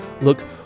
Look